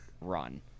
run